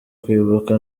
kwibuka